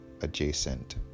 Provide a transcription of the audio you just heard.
adjacent